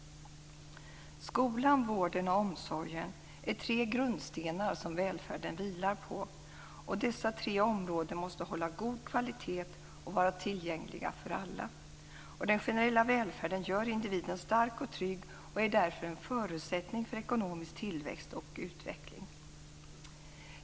Skolan, vården och omsorgen är tre grundstenar som välfärden vilar på. Dessa tre områden måste hålla god kvalitet och vara tillgängliga för alla. Den generella välfärden gör individen stark och trygg och är därför en förutsättning för ekonomisk tillväxt och utveckling.